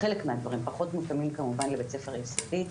חלק מהדברים פחות מותאמים כמובן לבית ספר יסודי,